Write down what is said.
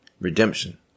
redemption